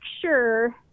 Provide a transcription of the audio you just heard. sure